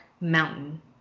mountain